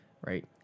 right